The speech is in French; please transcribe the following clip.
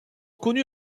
connu